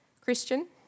Christian